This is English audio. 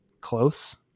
close